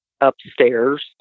upstairs